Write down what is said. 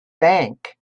bank